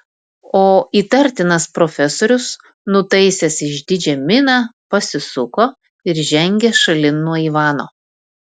o įtartinas profesorius nutaisęs išdidžią miną pasisuko ir žengė šalin nuo ivano